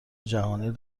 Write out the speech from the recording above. جهانی